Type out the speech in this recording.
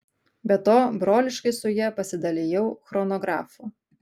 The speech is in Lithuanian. be to broliškai su ja pasidalijau chronografu